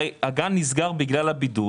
הרי הגן נסגר בגלל הבידוד.